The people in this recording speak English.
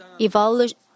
evolution